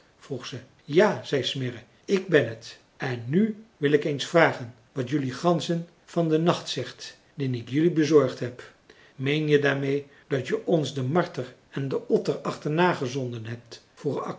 vroeg ze ja zei smirre ik ben het en nu wil ik eens vragen wat jelui ganzen van den nacht zegt dien ik jelui bezorgd heb meen je daarmee dat jij ons den marter en den otter achterna gezonden hebt vroeg